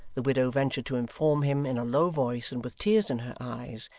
the widow ventured to inform him in a low voice and with tears in her eyes,